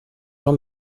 jean